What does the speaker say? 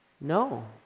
No